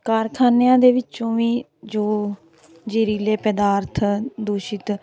ਕਾਰਖ਼ਾਨਿਆਂ ਦੇ ਵਿੱਚੋਂ ਵੀ ਜੋ ਜਹਿਰੀਲੇ ਪਦਾਰਥ ਦੂਸ਼ਿਤ